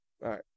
right